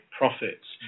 profits